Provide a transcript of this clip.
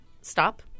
stop